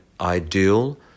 ideal